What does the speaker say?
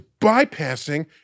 bypassing